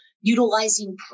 utilizing